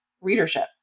readership